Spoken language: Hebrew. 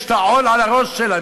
יש לה עול על הראש שלה,